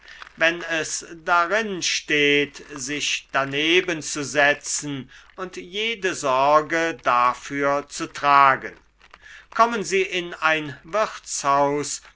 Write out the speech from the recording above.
wenn es darin steht sich daneben zu setzen und jede sorge dafür zu tragen kommen sie in ein wirtshaus